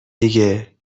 دیگه